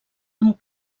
amb